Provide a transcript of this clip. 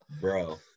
Bro